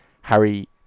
Harry